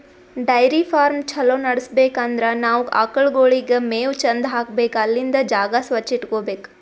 dairy farm ಛಲೋ ನಡ್ಸ್ಬೇಕ್ ಅಂದ್ರ ನಾವ್ ಆಕಳ್ಗೋಳಿಗ್ ಮೇವ್ ಚಂದ್ ಹಾಕ್ಬೇಕ್ ಅಲ್ಲಿಂದ್ ಜಾಗ ಸ್ವಚ್ಚ್ ಇಟಗೋಬೇಕ್